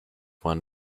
one